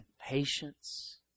patience